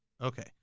Okay